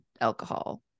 alcohol